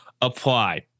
apply